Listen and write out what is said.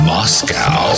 Moscow